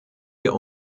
wir